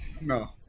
No